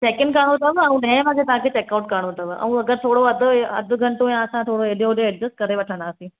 check in करणो अथव ऐं ॾए वगे ताणी चैकआउट करणो अथव ऐं अगरि थोड़ो अधि ए अधि घंटो या असां थोरो एॾे ओडे एडजस्ट करे वठंदासीं